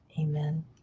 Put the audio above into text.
Amen